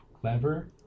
clever